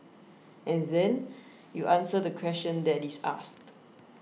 and then you answer the question that is asked